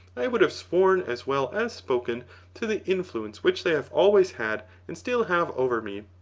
i would have sworn as well as spoken to the influence which they have always had and still have over me.